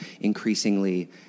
increasingly